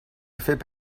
effets